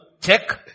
check